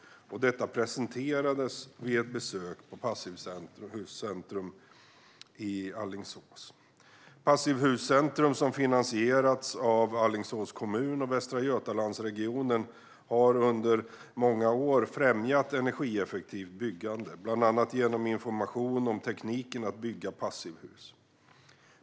Detta presenterades vid ett besök på Passivhuscentrum i Alingsås. Passivhuscentrum, som finansieras av Alingsås kommun och Västra Götalandsregionen, har under många år främjat energieffektivt byggande, bland annat genom information om tekniken att bygga passivhus.